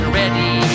ready